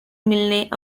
milne